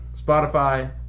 Spotify